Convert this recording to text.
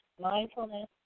Mindfulness